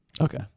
Okay